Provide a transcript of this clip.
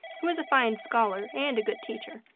who is a fine scholar and a good teacher,